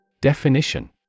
Definition